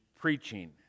preaching